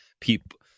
people